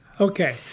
Okay